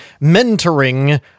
mentoring